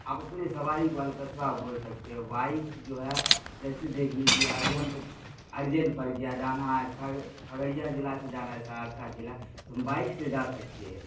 آپ اپنے سواری کو القصواء بول سکتے ہو بائک جو ہے جیسے دیکھ لیجیے ابھی ہم کو ارجینٹ پڑ گیا جانا ہے آج کھگڑیا ضلع سے جانا ہے سہرسہ ضلع تو ہم بائک سے جا سکتے ہیں